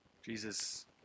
Jesus